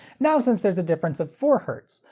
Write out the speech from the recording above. now, since there's a difference of four hertz,